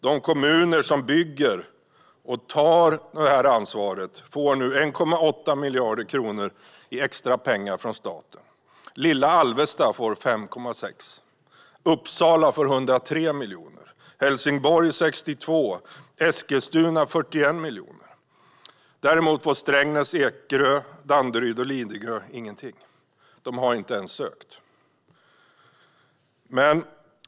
De kommuner som bygger och tar ansvar får nu 1,8 miljarder kronor i extra pengar från staten. Lilla Alvesta får 5,6 miljoner, Uppsala får 103 miljoner, Helsingborg får 62 miljoner och Eskilstuna får 41 miljoner. Däremot får Strängnäs, Ekerö, Danderyd och Lidingö ingenting - de har inte ens sökt.